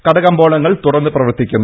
കടകമ്പോളങ്ങൾ തുറന്ന് പ്രവർത്തിക്കുന്നു